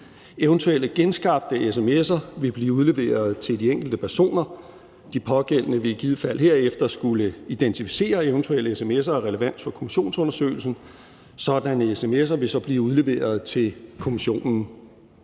Eventuelle genskabte sms'er vil blive udleveret til de enkelte personer. De pågældende vil i givet fald herefter skulle identificere eventuelle sms'er af relevans for kommissionsundersøgelsen, og sådanne sms'er vil så blive udleveret til kommissionen.